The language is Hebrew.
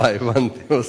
אה, הבנתי.